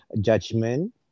judgment